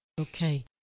Okay